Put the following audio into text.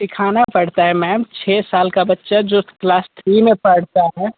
सीखाना पड़ता है मैम छ साल का बच्चा जो क्लास थ्री में पढ़ता है